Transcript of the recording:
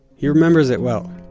he remembers it well.